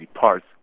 parts